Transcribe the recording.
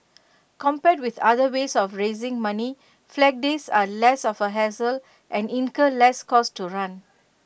compared with other ways of raising money Flag Days are less of A hassle and incur less cost to run